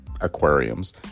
aquariums